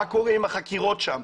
מה קורה עם החקירות שם?